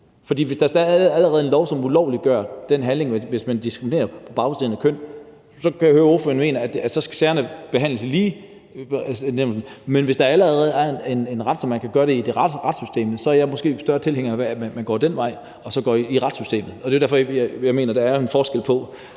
der er allerede en lov, som ulovliggør den handling at diskriminere på baggrund af køn. Så kan jeg høre, at ordføreren mener, at sagerne skal behandles i Ligebehandlingsnævnet, men hvis der allerede er en lov, så man kan gøre det i retssystemet, er jeg måske større tilhænger af, at man går den vej og altså går i retssystemet. Jeg mener, der er jo en forskel på